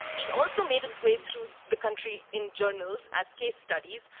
it also made its way through the country in journals as case studies,